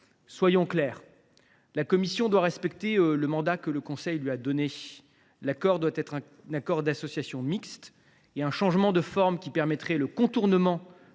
soyons clairs. La Commission doit respecter le mandat que le Conseil lui a donné. L’accord doit être un accord d’association mixte. Un changement de forme, qui permettrait le contournement